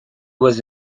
was